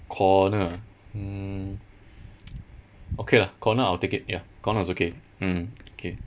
corner mm okay lah corner I'll take it ya corner is okay mm okay